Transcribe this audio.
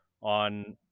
on